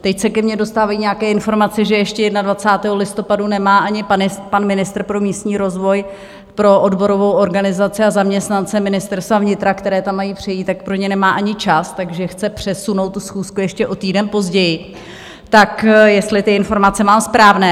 Teď se ke mně dostávají nějaké informace, že ještě 21. listopadu nemá ani pan ministr pro místní rozvoj pro odborovou organizaci a zaměstnance Ministerstva vnitra, kteří tam mají přejít, tak pro ně nemá ani čas, takže chce přesunout tu schůzku ještě o týden později, tak jestli ty informace mám správné.